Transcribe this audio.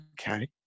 Okay